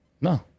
No